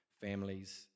families